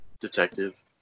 detective